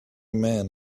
man